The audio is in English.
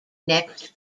next